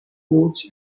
coach